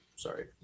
sorry